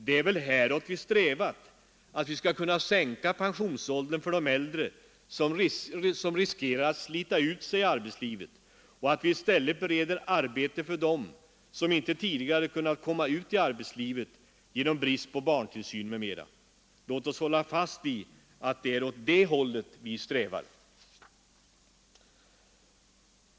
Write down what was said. Det är väl häråt vi strävat, att vi skall kunna sänka pensionsåldern för de äldre som riskerar att slita ut sig i arbetslivet och att vi i stället bereder arbete för dem som inte tidigare kunnat komma ut i arbetslivet genom brist på barntillsyn m.m. Låt oss hålla fast vid att det är åt det hållet vi strävar.